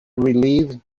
relieve